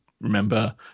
remember